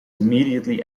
immediately